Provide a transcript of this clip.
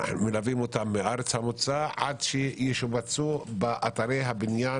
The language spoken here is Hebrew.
אנו מלווים אותם מארץ המוצא עד שישובצו באתרי הבניין